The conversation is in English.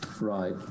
Right